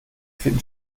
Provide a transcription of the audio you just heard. finden